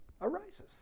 arises